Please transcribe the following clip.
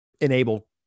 enable